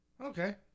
Okay